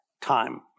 time